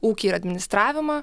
ūkį ir administravimą